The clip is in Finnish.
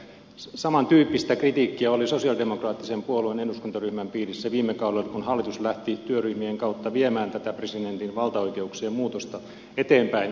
saman tyyppistä kritiikkiä oli sosialidemokraattisen puolueen eduskuntaryhmän piirissä viime kaudella kun hallitus lähti työryhmien kautta viemään tätä presidentin valtaoikeuksien muutosta eteenpäin